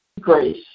Grace